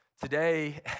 Today